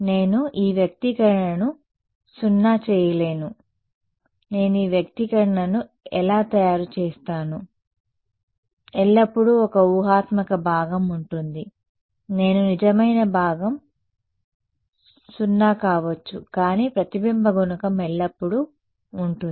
నేను ఈ వ్యక్తీకరణను 0 చేయలేను 0 నేను ఈ వ్యక్తీకరణను ఎలా తయారు చేస్తాను 0 ఎల్లప్పుడూ ఒక ఊహాత్మక భాగం ఉంటుంది నేను నిజమైన భాగం 0 కావచ్చు కానీ ప్రతిబింబ గుణకం ఎల్లప్పుడూ ఉంటుంది